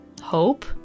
hope